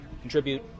contribute